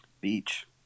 beach